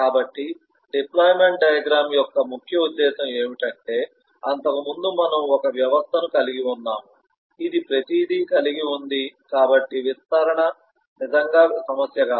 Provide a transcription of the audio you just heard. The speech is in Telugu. కాబట్టి డిప్లొయిమెంట్ డయాగ్రమ్ యొక్క ముఖ్య ఉద్దేశ్యం ఏమిటంటే అంతకుముందు మనం ఒకే వ్యవస్థను కలిగి ఉన్నాము ఇది ప్రతిదీ కలిగి ఉంది కాబట్టి విస్తరణ నిజంగా సమస్య కాదు